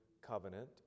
covenant